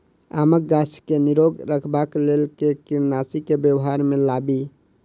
आमक गाछ केँ निरोग रखबाक लेल केँ कीड़ानासी केँ व्यवहार मे लाबी?